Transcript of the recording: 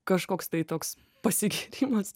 kažkoks tai toks pasikeitimas